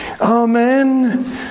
Amen